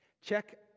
Check